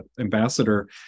ambassador